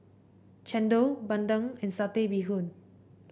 chendol bandung and Satay Bee Hoon